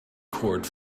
court